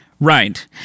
Right